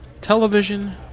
television